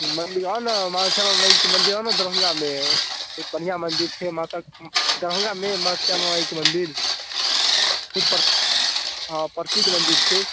मन्दिर आउ ने माँ श्यामा माइके मन्दिर आउ ने दरभङ्गामे ओ बढ़िआँ मन्दिर छै माता दरभङ्गामे माँ श्यामा माइके मन्दिर हँ प्रसिद्ध मन्दिर छै